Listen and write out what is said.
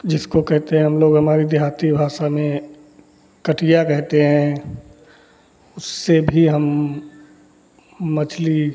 जिसको कहते हैं हम लोग हमारी देहाती भाषा में कटिया कहते हैं उससे भी हम मछली